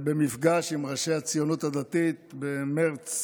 במפגש עם ראשי הציונות הדתית במרץ